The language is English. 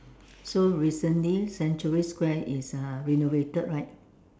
so recently century square is uh renovated right